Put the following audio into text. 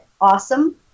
awesome